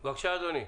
בבקשה, אדוני.